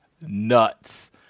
nuts